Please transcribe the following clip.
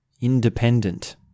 independent